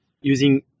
using